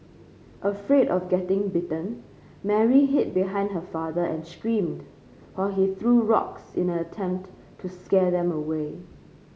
afraid of getting bitten Mary hid behind her father and screamed while he threw rocks in an attempt to scare them away